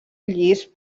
llis